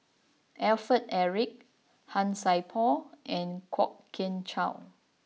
Alfred Eric Han Sai Por and Kwok Kian Chow